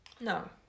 No